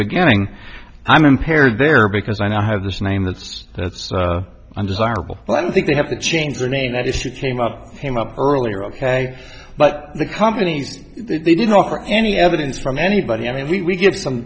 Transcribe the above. beginning i'm impaired there because i now have this name that's that's understandable but i don't think they have to change their name that issue came up came up earlier ok but the companies they didn't offer any evidence from anybody i mean we have some